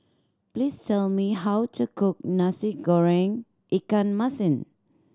please tell me how to cook Nasi Goreng ikan masin